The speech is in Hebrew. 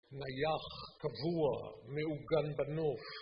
נייח קבוע, מעוגן בנוף.